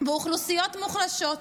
באוכלוסיות מוחלשות,